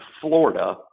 Florida